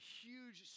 huge